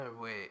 wait